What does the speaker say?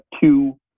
two